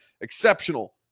exceptional